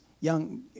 young